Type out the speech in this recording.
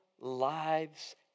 lives